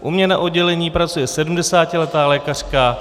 U mě na oddělení pracuje sedmdesátiletá lékařka.